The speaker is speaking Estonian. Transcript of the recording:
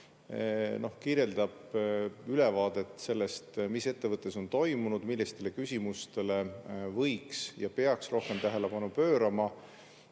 seda, seal on ülevaadet sellest, mis on ettevõttes toimunud, millistele küsimustele võiks ja tuleks rohkem tähelepanu pöörata.